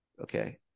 Okay